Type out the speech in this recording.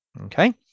Okay